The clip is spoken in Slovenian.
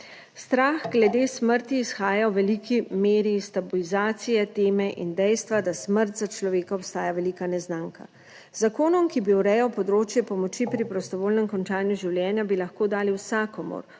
Strah glede smrti izhaja v veliki meri iz stabilizacije teme in dejstva, da smrt za človeka obstaja velika neznanka. Z zakonom, ki bi urejal področje pomoči pri prostovoljnem končanju življenja, bi lahko dali vsakomur,